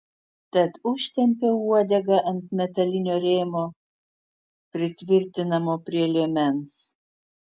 tad užtempiau uodegą ant metalinio rėmo pritvirtinamo prie liemens